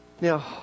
Now